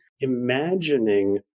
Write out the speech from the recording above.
imagining